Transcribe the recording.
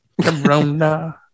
Corona